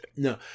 No